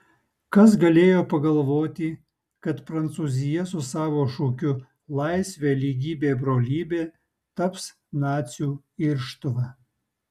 kas galėjo pagalvoti kad prancūzija su savo šūkiu laisvė lygybė brolybė taps nacių irštva